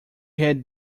had